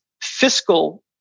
fiscal